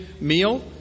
meal